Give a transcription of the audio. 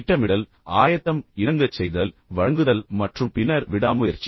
திட்டமிடல் ஆயத்தம் இணங்கச் செய்தல் வழங்குதல் மற்றும் பின்னர் விடாமுயற்சி